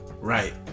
right